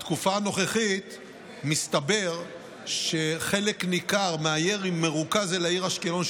בתקופה הנוכחית מסתבר שחלק ניכר מהירי מרוכז אל העיר אשקלון,